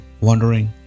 wondering